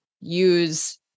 use